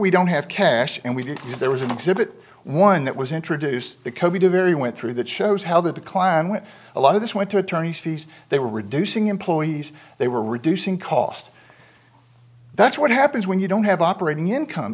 we don't have cash and we didn't use there was an exhibit one that was introduced the code we do very went through that shows how the decline went a lot of this went to attorneys fees they were reducing employees they were reducing cost that's what happens when you don't have operating income